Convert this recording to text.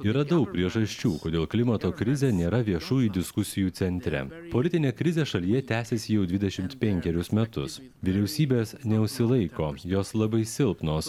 yra daug priežasčių kodėl klimato krizė nėra viešųjų diskusijų centre politinė krizė šalyje tęsiasi jau dvidešimt penkerius metus vyriausybės neužsilaiko jos labai silpnos